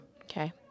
Okay